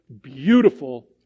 beautiful